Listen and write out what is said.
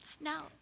Now